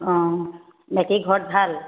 অঁ বাকী ঘৰত ভাল